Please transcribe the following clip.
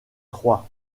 troyes